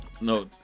No